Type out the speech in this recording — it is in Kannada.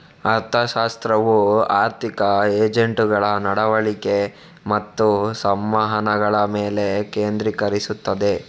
ಅರ್ಥಶಾಸ್ತ್ರವು ಆರ್ಥಿಕ ಏಜೆಂಟುಗಳ ನಡವಳಿಕೆ ಮತ್ತು ಸಂವಹನಗಳ ಮೇಲೆ ಕೇಂದ್ರೀಕರಿಸುತ್ತದೆ